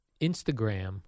Instagram